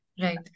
Right